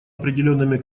определенными